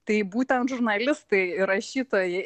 tai būtent žurnalistai ir rašytojai